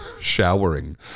Showering